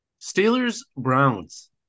Steelers-Browns